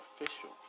official